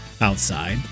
outside